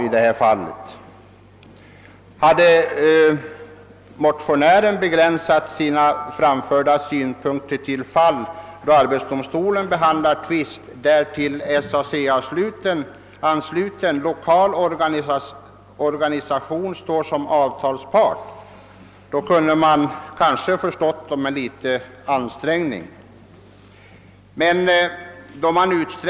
Om herr Ullsten hade begränsat sig till fall då arbetsdomstolen behandlar tvist där till SAC ansluten lokal organisation står som avtalspart kunde man med någon ansträngning ha förstått honom.